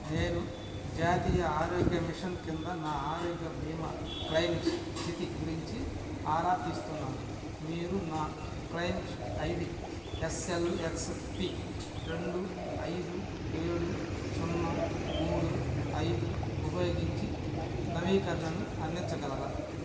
నేను జాతీయ ఆరోగ్య మిషన్ కింద నా ఆరోగ్య భీమా క్లెయిమ్ స్థితి గురించి ఆరా తీస్తున్నాను మీరు నా claims I D S L X P రెండు ఐదు ఏడు సున్నా మూడు ఐదు ఉపయోగించి నవీకరణను అందించగలరా